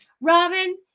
Robin